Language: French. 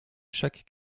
chaque